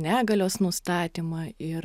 negalios nustatymą ir